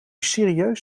serieus